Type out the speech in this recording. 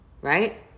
right